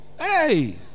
Hey